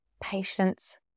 patience